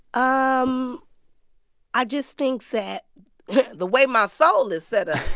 um i just think that the way my soul is set up.